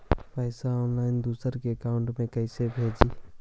पैसा ऑनलाइन दूसरा के अकाउंट में कैसे भेजी?